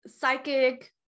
psychic